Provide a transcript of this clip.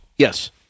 Yes